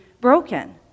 broken